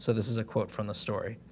so this is a quote from the story.